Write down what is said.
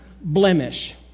blemish